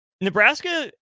Nebraska